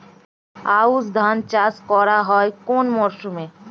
আউশ ধান চাষ করা হয় কোন মরশুমে?